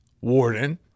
warden